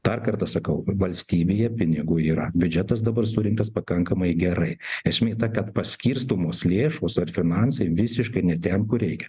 dar kartą sakau valstybėje pinigų yra biudžetas dabar surinktas pakankamai gerai esmė ta kad paskirstomos lėšos ar finansai visiškai ne ten kur reikia